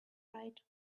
right